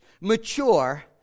mature